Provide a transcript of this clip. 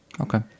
okay